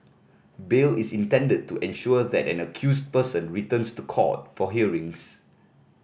bail is intended to ensure that an accused person returns to court for hearings